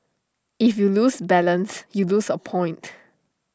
if you lose balance you lose A point